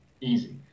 Easy